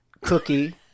cookie